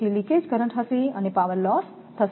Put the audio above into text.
તેથી leakage current હશે અને પાવરલોસ થશે